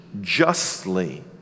justly